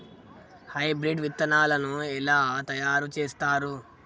Hybrid విత్తనాలను ఎలా తయారు చేస్తారు?